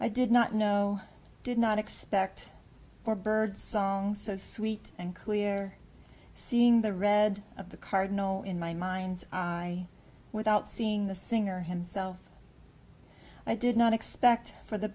i did not know did not expect for bird song so sweet and clear seeing the read of the cardinal in my mind's eye without seeing the singer himself i did not expect for the